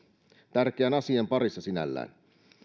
tärkeän asian parissa sinällään